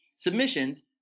submissions